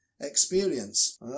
experience